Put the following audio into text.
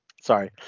Sorry